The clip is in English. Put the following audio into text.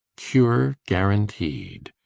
cure guaranteed.